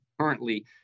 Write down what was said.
currently